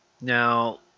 Now